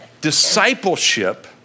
Discipleship